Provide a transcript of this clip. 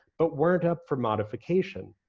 but weren't up for modification.